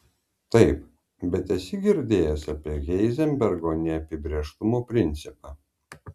taip bet esi girdėjęs apie heizenbergo neapibrėžtumo principą